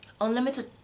unlimited